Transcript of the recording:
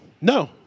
No